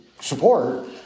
support